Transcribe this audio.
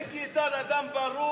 מיקי איתן אדם ברור,